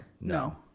No